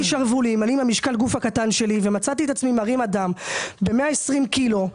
אני עם משקל הגוף הקטן שלי מצאתי את עצמי מרים אדם ששוקל 120 קילו,